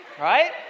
Right